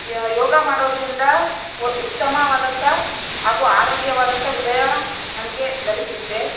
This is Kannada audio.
ಯೋಗ ಮಾಡೋದರಿಂದ ಒ ಉತ್ತಮವಾದಂಥ ಹಾಗೂ ಆರೋಗ್ಯವಾದಂಥ ಹೃದಯ ನಮಗೆ ಲಭಿಸುತ್ತೆ